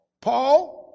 Paul